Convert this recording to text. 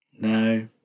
no